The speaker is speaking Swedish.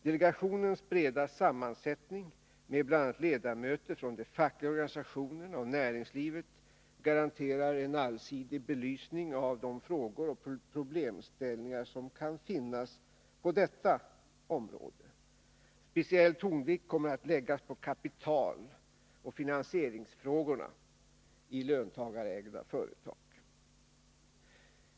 Delegationens breda sammansättning med bl.a. ledamöter från de fackliga organisationerna och näringslivet garanterar en allsidig belysning av de frågor och problemställningar som kan finnas på detta område. Speciell tonvikt kommer att läggas på kapitaloch finansieringsfrågorna för löntagarägda företag.